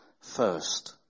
first